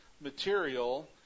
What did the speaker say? material